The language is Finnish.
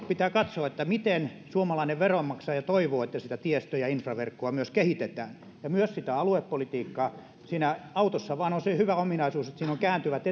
pitää katsoa sitä mitä suomalainen veronmaksaja toivoo miten sitä tiestöä ja infraverkkoa myös kehitetään ja myös sitä aluepolitiikkaa autossa vain on se hyvä ominaisuus että siinä on kääntyvät